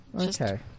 Okay